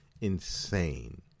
Insane